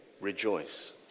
rejoice